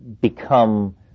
become